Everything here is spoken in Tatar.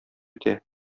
үтә